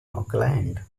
oakland